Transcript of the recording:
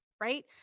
right